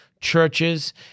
churches